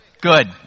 Good